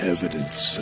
Evidence